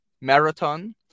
marathon